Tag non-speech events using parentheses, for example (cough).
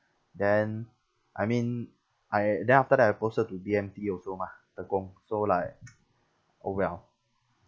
then I mean I then after that I posted to B_M_T also mah tekong so like (noise) orh well